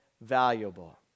valuable